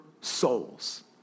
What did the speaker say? souls